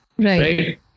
Right